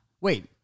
Wait